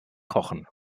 kochen